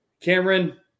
Cameron